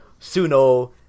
Suno